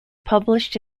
published